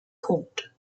caught